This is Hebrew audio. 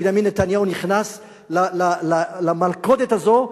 בנימין נתניהו נכנס למלכודת הזו,